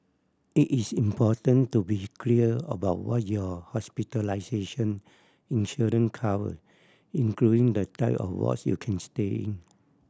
it is important to be clear about what your hospitalization insurance cover including the type of wards you can stay in